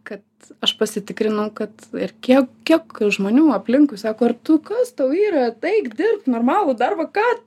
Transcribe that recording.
kad aš pasitikrinau kad ir kiek kiek žmonių aplinkui sako ar tu kas tau yra tai eik dirbt normalų darbą ką